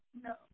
No